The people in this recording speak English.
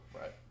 right